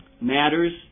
matters